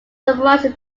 summarizes